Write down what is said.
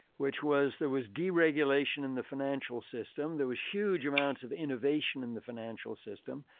which was there was deregulation in the financial system. there was huge amounts of innovation in the financial system.